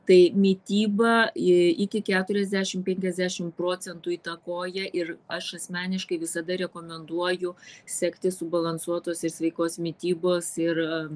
tai mityba jei iki keturiasdešim penkiasdešim procentų įtakoja ir aš asmeniškai visada rekomenduoju sekti subalansuotos ir sveikos mitybos ir